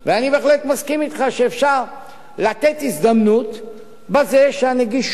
אני בהחלט מסכים אתך שאפשר לתת הזדמנות בזה שהנגישות